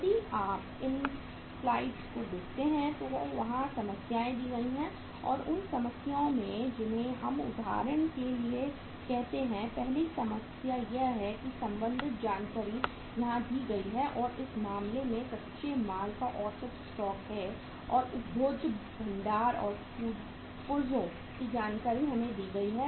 यदि आप उन स्लाइड्स को देखते हैं जो वहां समस्याएं दी गई हैं और उन समस्याओं में जिन्हें हम उदाहरण के लिए कहते हैं पहली समस्या यह है कि संबंधित जानकारी यहां दी गई है और इस मामले में कच्चे माल का औसत स्टॉक है और उपभोज्य भंडार और पुर्जों की जानकारी हमें दी गई है